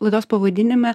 laidos pavadinime